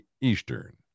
Eastern